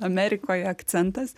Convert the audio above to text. amerikoj akcentas